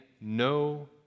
no